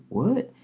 what?